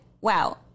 wow